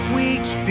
weeks